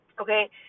Okay